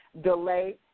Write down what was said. delay